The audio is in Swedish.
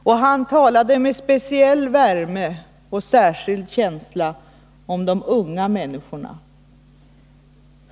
Och han talade med speciell värme och särskild känsla om de unga människorna.